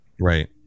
right